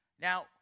Now